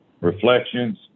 reflections